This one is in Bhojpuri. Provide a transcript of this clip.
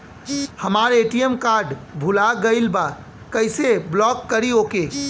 हमार ए.टी.एम कार्ड भूला गईल बा कईसे ब्लॉक करी ओके?